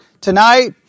tonight